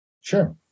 Sure